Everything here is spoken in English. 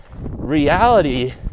reality